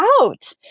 out